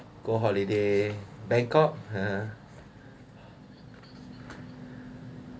go holiday bangkok